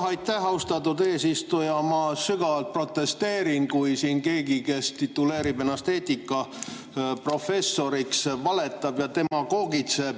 Aitäh, austatud eesistuja! Ma sügavalt protesteerin, kui siin keegi, kes tituleerib ennast eetikaprofessoriks, valetab ja demagoogitseb.